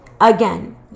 again